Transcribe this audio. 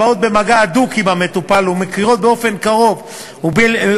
הבאות במגע הדוק עם המטופל ומכירות באופן קרוב ובלתי